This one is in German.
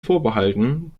vorbehalten